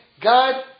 God